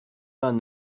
vingt